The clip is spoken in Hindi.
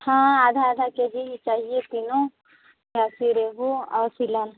हाँ आधा आधा के जी ही चाहिए तीनों प्यासी रोहू और फिलन